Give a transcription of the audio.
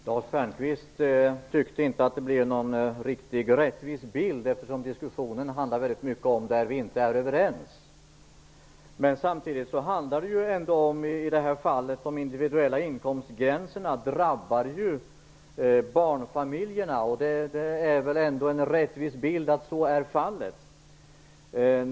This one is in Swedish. Herr talman! Lars Stjernkvist tyckte inte att det blev en riktigt rättvis bild, eftersom diskussionen väldigt mycket handlar om det som vi inte är överens om. Men samtidigt handlar det ju i det här fallet om att de individuella inkomstgränserna drabbar barnfamiljerna. Det är väl ändå en rättvis bild att så är fallet.